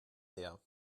leer